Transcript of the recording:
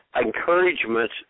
encouragement